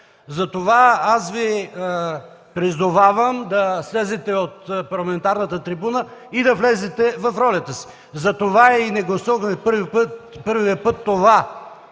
Затова Ви призовавам да слезете от парламентарната трибуна и да влезете в ролята си. Затова и не гласувахме първия път това